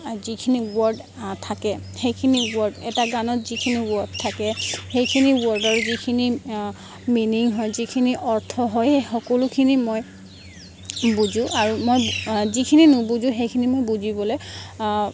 যিখিনি ৱৰ্ড থাকে সেইখিনি ৱৰ্ড এটা গানত যিখিনি ৱৰ্ড থাকে সেইখিনি ৱৰ্ডৰ যিখিনি মিনিং হয় যিখিনি অৰ্থ হয় এই সকলোখিনি মই বুজোঁ আৰু মই যিখিনি নুবুজোঁ সেইখিনি বুজিবলৈ